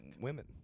women